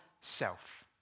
self